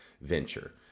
venture